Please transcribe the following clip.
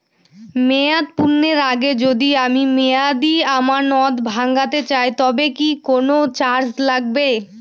মেয়াদ পূর্ণের আগে যদি আমি মেয়াদি আমানত ভাঙাতে চাই তবে কি কোন চার্জ লাগবে?